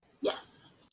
yes